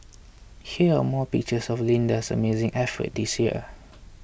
here are more pictures of Linda's amazing effort this year